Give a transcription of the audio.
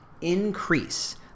increase